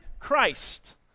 Christ